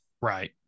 right